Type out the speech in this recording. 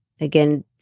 Again